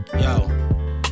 Yo